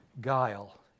guile